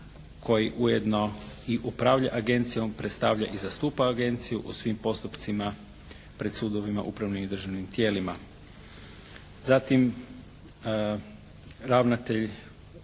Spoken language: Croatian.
ujedno i upravlja agencijom, predstavlja i zastupa agenciju u svim postupcima pred sudovima, upravnim i državnim tijelima.